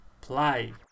play